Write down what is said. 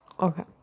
Okay